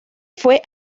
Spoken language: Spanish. fue